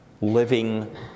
living